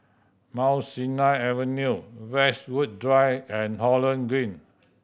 Mount Sinai Avenue Westwood Drive and Holland Green